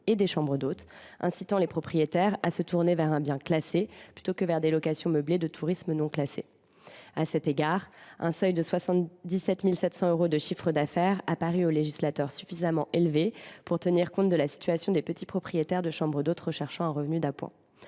et des chambres d’hôtes, incitant les propriétaires à se tourner vers un bien classé plutôt que vers des locations meublées de tourisme non classées. À cet égard, un seuil de 77 700 euros de chiffre d’affaires a paru au législateur suffisamment élevé pour tenir compte de la situation des petits propriétaires de chambres d’hôtes recherchant un revenu d’appoint.